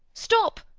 stop!